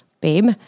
babe